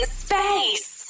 space